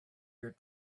your